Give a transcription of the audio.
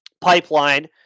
pipeline